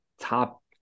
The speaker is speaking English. top